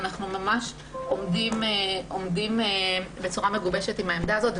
אנחנו עומדים בצורה מגובשת עם העמדה הזאת,